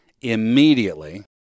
immediately